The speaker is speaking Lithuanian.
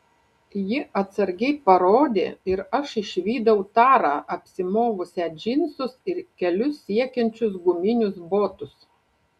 ji atsargiai parodė ir aš išvydau tarą apsimovusią džinsus ir kelius siekiančius guminius botus